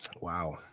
Wow